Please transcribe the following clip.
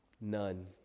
none